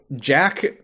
Jack